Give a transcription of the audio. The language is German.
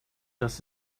das